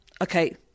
okay